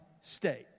state